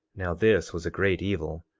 now this was a great evil,